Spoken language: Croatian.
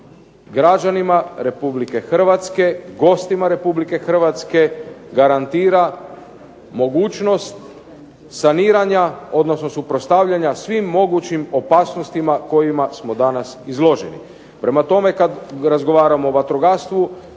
građanima Republike Hrvatske, gostima Republike Hrvatske garantira mogućnost saniranja, odnosno suprotstavljanja svim mogućim opasnostima kojima smo danas izloženi. Prema tome, kad razgovaramo o vatrogastvu